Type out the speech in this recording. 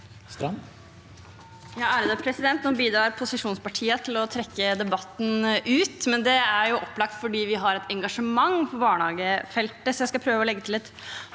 Nå bi- drar posisjonspartiene til å trekke debatten ut, men det er opplagt fordi vi har et engasjement for barnehagefeltet.